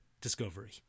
discovery